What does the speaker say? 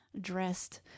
dressed